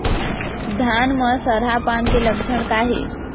धान म सरहा पान के लक्षण का हे?